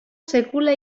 sekula